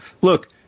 look